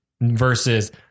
versus